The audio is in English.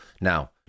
Now